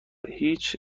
هیچ